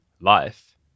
life